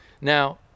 Now